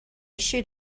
should